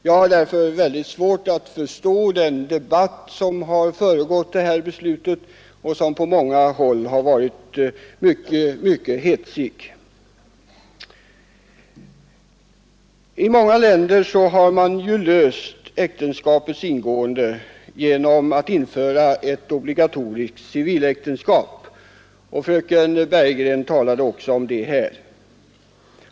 Jag har därför svårt att förstå den debatt som föregått beslutet och som på många håll varit mycket hetsig. I många länder har man ordnat äktenskapets ingående genom att införa ett obligatorisk civiläktenskap — fröken Bergegren berörde det.